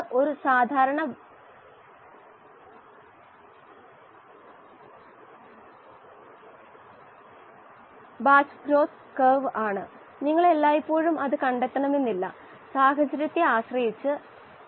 ഉദാഹരണത്തിന് വാതക ഘട്ടത്തിന്റെ ഘടന ആപ്പിളും ദ്രാവക ഘട്ടത്തിൻറെ കോമ്പോസിഷൻ ഓറഞ്ച് എന്നും ഇരിക്കട്ടെ ആപ്പിളിൽ നിന്ന് ഓറഞ്ചിനെയോ ഓറഞ്ചിൽ നിന്നും ആപ്പിളിനെയോ കുറയ്ക്കാനാവില്ല